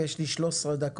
ויש לי 13 דקות.